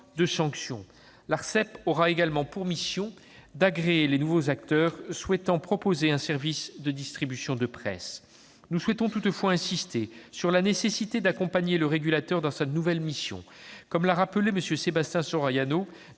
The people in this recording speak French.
de sanction. L'Arcep aura également pour mission d'agréer les nouveaux acteurs souhaitant proposer un service de distribution de presse. Nous souhaitons toutefois insister sur la nécessité d'accompagner le régulateur dans sa nouvelle mission. Comme l'a rappelé M. Sébastien Soriano